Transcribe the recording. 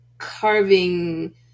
carving